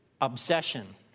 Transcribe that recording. obsession